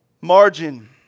Margin